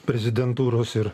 prezidentūros ir